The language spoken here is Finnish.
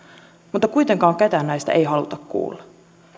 mutta kuitenkaan ketään näistä ei haluta kuulla